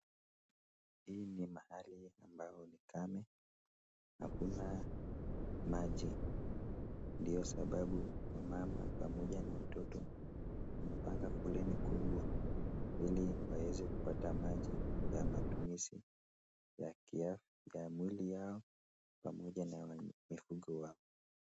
Hii ni mahali ambao ni kame hakuna maji, ndio sababu wamama pamoja na watoto wamepanga foleni kubwa ili waweze kupata maji ya matumizi ya mwili yao pamoja na mifugo yao,